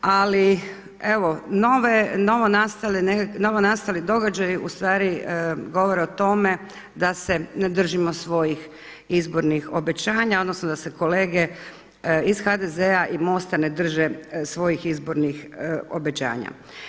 Ali evo novonastali događaji u stvari govore o tome da se ne držimo svojih izbornih obećanja, odnosno da se kolege iz HDZ-a i MOST-a ne drže svojih izbornih obećanja.